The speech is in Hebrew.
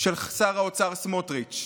של שר האוצר סמוטריץ'?